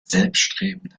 selbstredend